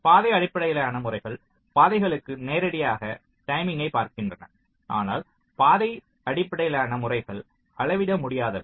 பாதை அடிப்படையிலான முறைகள் பாதைகளுக்கு நேரடியாகப் டைமிங்யை பார்க்கின்றன ஆனால் பாதை அடிப்படையிலான முறைகள் அளவிட முடியாதவை